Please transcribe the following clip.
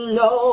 no